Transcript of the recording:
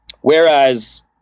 whereas